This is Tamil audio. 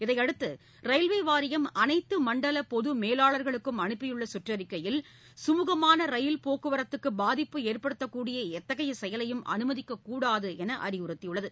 இதையடுத்து ரயில்வே வாரியம் அனைத்து மண்டல பொது மேலாளர்களுக்கும் அனுப்பியுள்ள சுற்றிக்கையில் சுமூகமான ரயில் போக்குவரத்துக்கு பாதிப்பு ஏற்படுத்தக்கூடிய எத்தகைய செயலையும் அனுமதிக்கக் கூடாது என்று அறிவுறுத்தப்பட்டுள்ளது